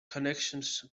connections